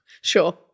Sure